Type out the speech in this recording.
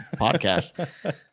podcast